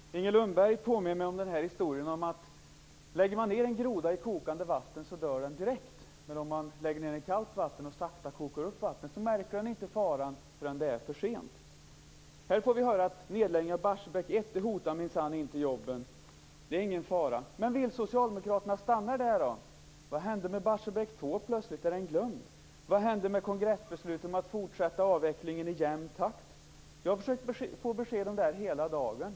Fru talman! Det Inger Lundberg säger påminner om en historia. Lägger man ned en groda i kokande vatten dör den direkt. Men om man lägger ned den i kallt vatten och sakta kokar upp vattnet märker den inte faran förrän det är för sent. Här får vi höra att nedläggningen av Barsebäck 1 minsann inte hotar jobben. Det är ingen fara. Men vill Socialdemokraterna stanna där? Vad hände plötsligt med Barsebäck 2? Är den glömd? Vad hände med kongressbeslutet om att fortsätta med avvecklingen i jämn takt? Jag har försökt att få besked om detta hela dagen.